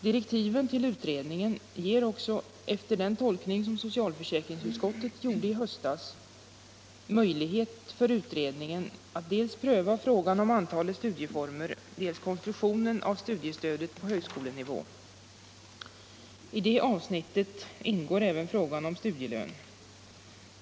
Direktiven till utredningen ger också, efter den tolkning som socialförsäkringsutskottet gjorde i höstas, möjlighet för utredningen att pröva dels frågan om antalet stödformer, dels konstruktionen av studiestödet på högskolenivå. I det avsnittet ingår även frågan om studielön.